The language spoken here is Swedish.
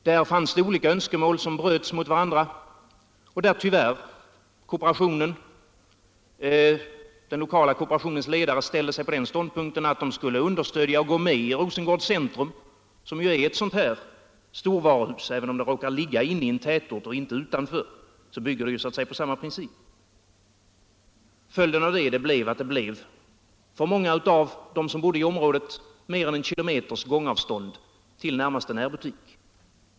Där fanns det olika önskemål, som bröts mot varandra och där den lokala kooperationens ledare tyvärr intog den ståndpunkten, att de skulle understödja och gå med i Rosengårds centrum, som ju är ett storvaruhus — även om det råkar ligga inne i en tätort och inte utanför, bygger det på samma princip. Följden blev att många av dem som bodde i området fick mer än en kilometers gångavstånd till närmaste butik.